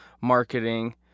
marketing